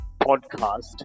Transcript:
podcast